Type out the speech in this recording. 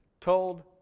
told